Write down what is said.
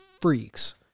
freaks